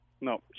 No